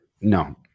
No